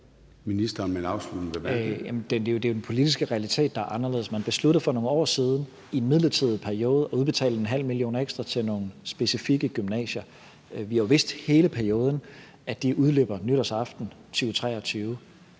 undervisningsministeren (Mattias Tesfaye): Det er jo den politiske realitet, der er anderledes. Man besluttede for nogle år siden i en midlertidig periode at udbetale 0,5 mio. kr. ekstra til nogle specifikke gymnasier. Vi har jo i hele perioden vidst, at de udløber nytårsaften 2023.